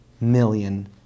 million